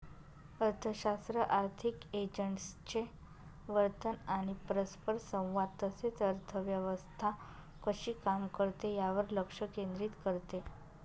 अर्थशास्त्र आर्थिक एजंट्सचे वर्तन आणि परस्परसंवाद तसेच अर्थव्यवस्था कशी काम करते यावर लक्ष केंद्रित करते